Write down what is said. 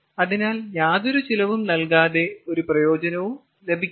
അതിനാൽ യാതൊരു ചിലവും നൽകാതെ ഒരു പ്രയോജനവും ലഭിക്കില്ല